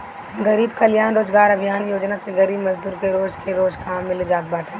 गरीब कल्याण रोजगार अभियान योजना से गरीब मजदूर के रोज के रोज काम मिल जात बाटे